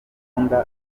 bavuga